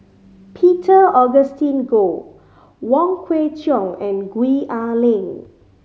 Peter Augustine Goh Wong Kwei Cheong and Gwee Ah Leng